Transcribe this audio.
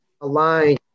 Align